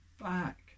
back